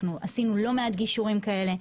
אנחנו עשינו לא מעט גישורים כאלה.